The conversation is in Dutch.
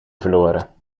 verloren